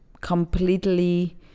completely